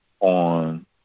On